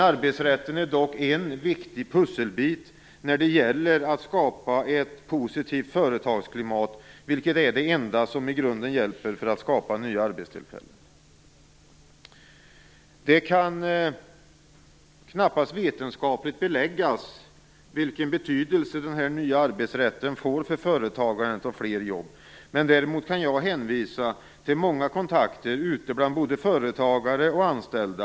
Arbetsrätten är dock en viktig pusselbit för att skapa ett positivt företagsklimat, vilket är det enda som i grunden hjälper för att skapa nya arbetstillfällen. Det kan knappast vetenskapligt beläggas vilken betydelse den nya arbetsrätten får för företagandet och för att få fram fler jobb. Däremot kan jag hänvisa till många kontakter bland både företagare och anställda.